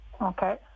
Okay